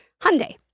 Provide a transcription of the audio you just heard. Hyundai